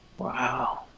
wow